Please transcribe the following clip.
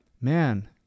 man